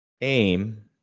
Aim